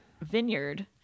vineyard